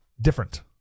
different